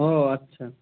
ও আচ্ছা